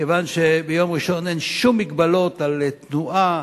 כיוון שביום ראשון אין שום מגבלות על תנועה,